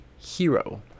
hero